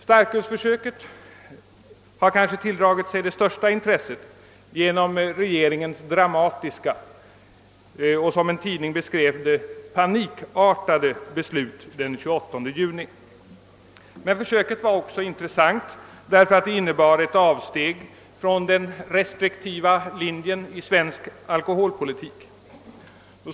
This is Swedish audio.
Starkölsförsöket har kanske tilldragit sig det största intresset genom regeringens dramatiska och, som en tidning beskrev det, panikartade beslut den 28 juni. Men försöket var också intressant, därför att det innebar ett avsteg från den restriktiva linjen i svensk alkoholpolitik.